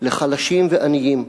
לחלשים ועניים.